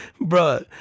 Bro